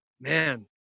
man